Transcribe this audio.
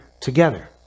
together